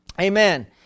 Amen